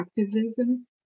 activism